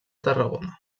tarragona